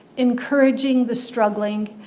encouraging the struggling,